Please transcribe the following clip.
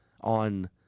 on